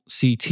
CT